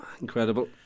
incredible